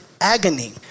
agony